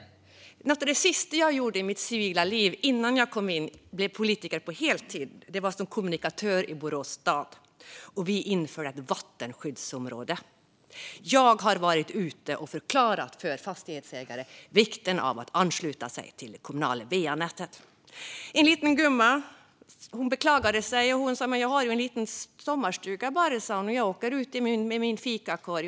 Något av det sista jag gjorde i mitt civila liv, innan jag blev politiker på heltid, var att arbeta som kommunikatör i Borås stad, och vi införde ett vattenskyddsområde. Jag har varit ute och förklarat för fastighetsägare vikten av att ansluta sig till det kommunala va-nätet. En liten gumma beklagade sig och sa att hon ju bara hade liten sommarstuga dit hon åkte med sin fikakorg.